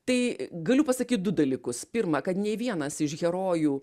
tai galiu pasakyt du dalykus pirma kad nei vienas iš herojų